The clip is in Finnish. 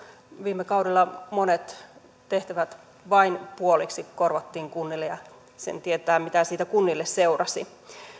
viime kaudella monet tehtävät vain puoliksi korvattiin kunnille ja sen tietää mitä siitä kunnille seurasi